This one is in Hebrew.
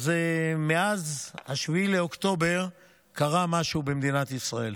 מאז 7 באוקטובר קרה משהו במדינת ישראל.